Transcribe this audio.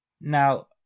now